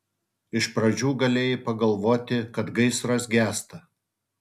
iš pradžių galėjai pagalvoti kad gaisras gęsta